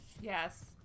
Yes